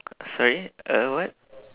sorry a what